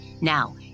Now